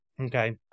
Okay